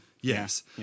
Yes